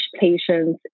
patients